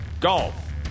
golf